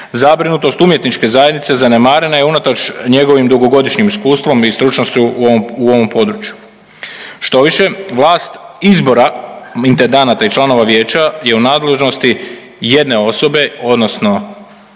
Zabrinutost umjetničke zajednice zanemarena je unatoč njegovim dugogodišnjim iskustvom i stručnošću u ovom području. Štoviše vlast izbora intendanata i članova vijeća je u nadležnosti jedne osobe, odnosno